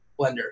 Blender